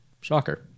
Shocker